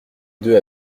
deux